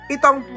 Itong